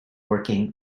working